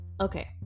Okay